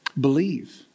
Believe